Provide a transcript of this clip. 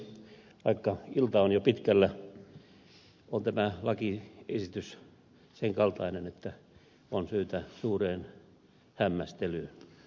vaikka ilta on jo pitkällä on tämä lakiesitys sen kaltainen että on syytä suureen hämmästelyyn